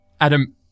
Adam